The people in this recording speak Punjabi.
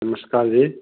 ਨਸਮਕਾਰ ਜੀ